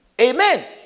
Amen